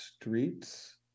streets